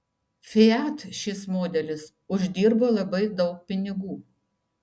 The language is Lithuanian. fiat šis modelis uždirbo labai daug pinigų